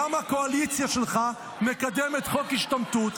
למה הקואליציה שלך מקדמת חוק השתמטות.